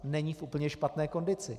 Není v úplně špatné kondici.